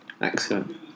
Excellent